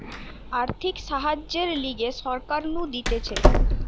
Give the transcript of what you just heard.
আর্থিক সাহায্যের লিগে সরকার নু দিতেছে